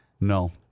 No